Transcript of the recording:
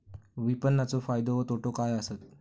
विपणाचो फायदो व तोटो काय आसत?